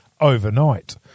overnight